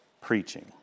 preaching